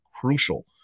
crucial